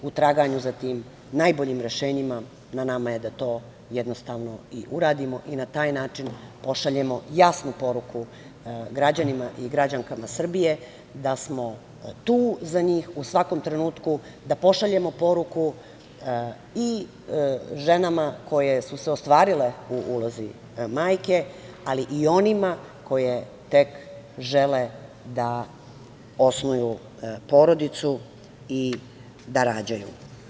U traganju za tim najboljim rešenjima na nama je da to jednostavno i uradimo i na taj način pošaljemo jasnu poruku građanima i građankama Srbije da smo tu za njih u svakom trenutku, da pošaljemo poruku i ženama koje su se ostvarile u ulozi majke, ali i onima koje tek žele da osnuju porodicu i da rađaju.